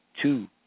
Two